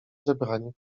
zebranie